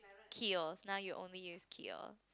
Khiel's's's now you only use Khiel's's